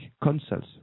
consuls